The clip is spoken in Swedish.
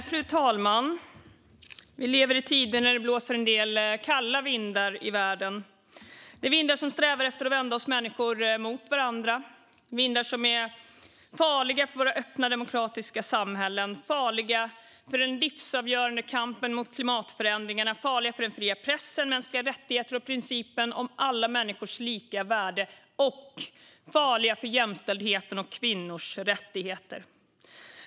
Fru talman! Vi lever i en tid när det blåser en del kalla vindar i världen. Det är vindar som strävar efter att vända oss människor emot varandra, vindar som är farliga för våra öppna, demokratiska samhällen, för den livsavgörande kampen mot klimatförändringarna, för den fria pressen, för mänskliga rättigheter och principen om alla människors lika värde och farliga för jämställdheten och kvinnors rättigheter.